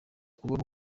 kubona